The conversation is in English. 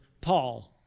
Paul